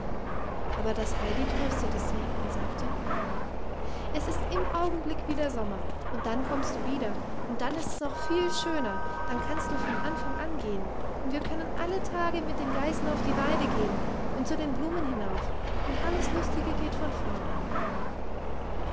aber das heidi tröstete sie und sagte es ist im augenblick wieder sommer und dann kommst du wieder und dann ist's noch viel schöner dann kannst du von anfang an gehen und wir können alle tage mit den geißen auf die weide gehen und zu den blumen hinauf und alles lustige geht von vorn an